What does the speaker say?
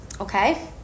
Okay